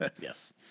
Yes